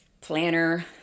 planner